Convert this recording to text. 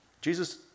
Jesus